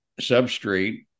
substrate